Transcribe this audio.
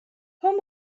whom